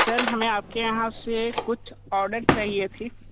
sir हमें आपके यहाँ से कुछ ऑर्डर चाहिए थी